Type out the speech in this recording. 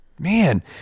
Man